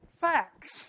facts